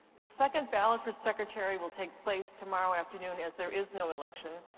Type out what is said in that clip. the second ballot for secretary will take place tomorrow afternoon as there is no election.